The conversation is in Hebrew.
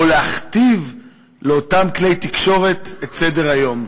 להכתיב לאותם כלי תקשורת את סדר-היום.